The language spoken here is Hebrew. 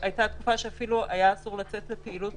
הייתה תקופה שאפילו היה אסור לצאת לפעילות